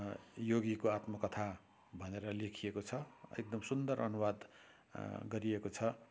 योगीको आत्मकथा भनेर लेखिएको छ एकदम सुन्दर अनुवाद गरिएको छ